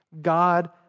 God